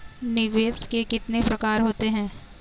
निवेश के कितने प्रकार होते हैं?